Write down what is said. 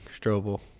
Strobel